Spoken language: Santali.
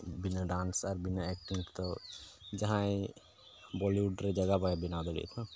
ᱵᱤᱱᱟᱹ ᱰᱟᱱᱥ ᱟᱨ ᱵᱤᱱᱟᱹ ᱮᱠᱴᱤᱝ ᱛᱮᱫᱚ ᱡᱟᱦᱟᱸᱭ ᱵᱚᱞᱤᱭᱩᱰ ᱨᱮ ᱡᱟᱭᱜᱟ ᱵᱟᱭ ᱵᱮᱱᱟᱣ ᱫᱟᱲᱮᱭᱟᱜᱼᱟ